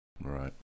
Right